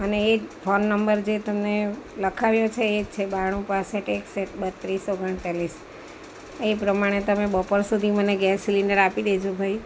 અને એક phone number જે તમને લખાવ્યો છે એ જ છે બાણું પાંસઠ એકસઠ બત્રીસ ઓગણચાલીસ એ પ્રમાણે તમે બપોર સુધી મને ગેસ સિલેન્ડર આપી દેજો ભાઈ